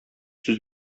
сүз